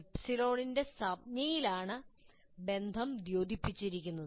ε ൻ്റെ സംജ്ഞയിലാണ് ബന്ധം ദ്യോതിപ്പിച്ചിരിക്കുന്നത്